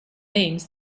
names